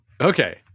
okay